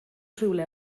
rhywle